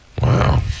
wow